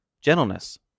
gentleness